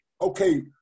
Okay